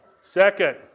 Second